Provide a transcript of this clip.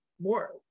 more